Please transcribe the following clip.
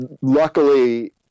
luckily